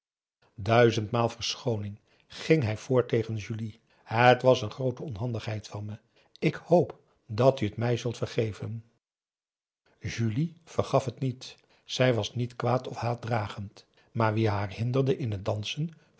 duizendmaal verschooning ging hij voort tegen julie het was een groote onhandigheid van me ik hoop dat u het mij zult vergeven julie vergaf het niet zij was niet kwaad of haatdragend maar wie haar hinderde in het dansen